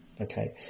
okay